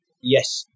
yes